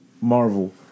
Marvel